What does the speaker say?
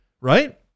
right